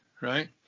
right